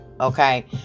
Okay